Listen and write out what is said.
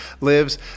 lives